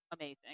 amazing